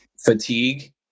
fatigue